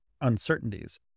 uncertainties